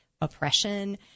oppression